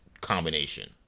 combination